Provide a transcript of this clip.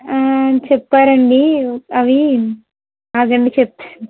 చెప్పారండి అవి ఆగండి చెప్తాను